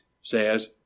says